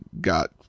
got